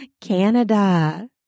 Canada